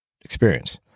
experience